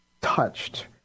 touched